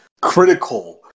critical